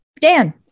Dan